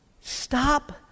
stop